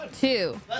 two